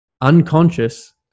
unconscious